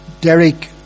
Derek